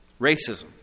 Racism